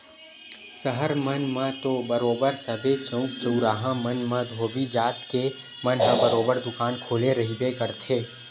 सहर मन म तो बरोबर सबे चउक चउराहा मन म धोबी जात के मन ह बरोबर दुकान खोले रहिबे करथे